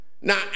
Now